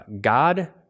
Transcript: God